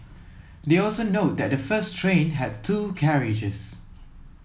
they also note that the first train had two carriages